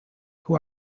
who